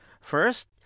First